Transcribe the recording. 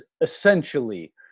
essentially